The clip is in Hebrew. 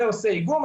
ועושה איגום,